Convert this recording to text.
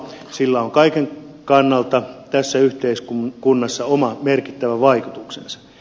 sillä on kaiken kannalta tässä yhteiskunnassa oma merkittävä vaikutuksensa